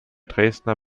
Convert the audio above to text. dresdner